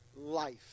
life